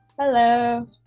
Hello